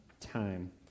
time